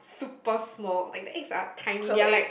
super small like the eggs are tiny they are like